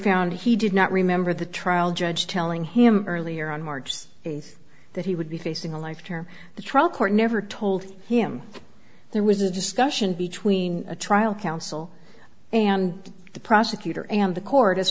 found he did not remember the trial judge telling him earlier on march eighth that he would be facing a life where the trial court never told him there was a discussion between a trial counsel and the prosecutor and the court as